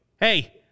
hey